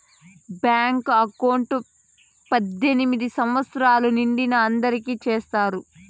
bank account పద్దెనిమిది సంవచ్చరాలు నిండిన అందరికి చేత్తారు